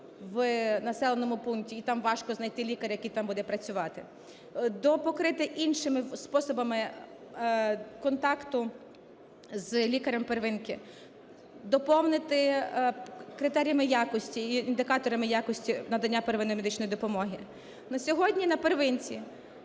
в населеному пункті, і там важко знайти лікаря, який там буде працювати, допокрити іншими способами контакту з лікарем "первинки", доповнити критеріями якості і індикаторами якості надання первинної медичної допомоги. На сьогодні "на первинці"